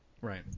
Right